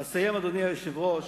ואסיים, אדוני היושב-ראש,